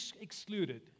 excluded